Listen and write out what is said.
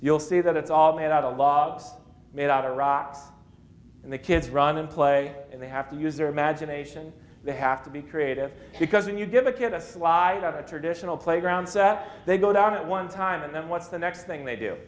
you'll see that it's all made out a lot made out of rot and the kids run and play and they have to use their imagination they have to be creative because when you give a kid a slide out of a traditional playgrounds that they go down at one time and then what's the next thing they do